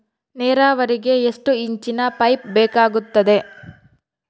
ನೇರಾವರಿಗೆ ಎಷ್ಟು ಇಂಚಿನ ಪೈಪ್ ಬೇಕಾಗುತ್ತದೆ?